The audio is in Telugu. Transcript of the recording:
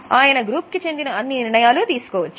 ఆయన గ్రూప్ కి చెందిన అన్ని నిర్ణయాలు తీసుకోవచ్చు